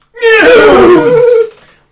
News